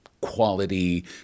quality